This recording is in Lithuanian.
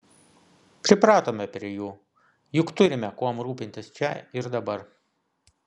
pripratome prie jų juk turime kuom rūpintis čia ir dabar